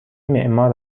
معمار